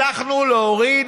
הוא שהצלחנו להוריד,